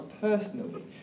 personally